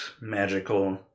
magical